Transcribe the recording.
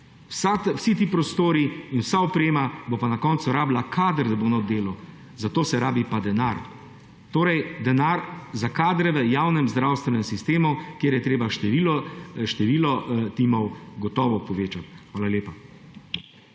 Vsi ti prostori in vsa oprema bo pa na koncu rabila kader, da bo notri delal, za to se rabi pa denar, torej denar za kadre v javnem zdravstvenem sistemu, kjer je treba število timov gotovo povečati. Hvala lepa.